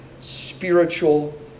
spiritual